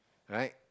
right